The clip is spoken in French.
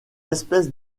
espèces